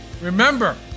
Remember